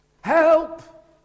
Help